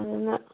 ꯑꯗꯨꯅ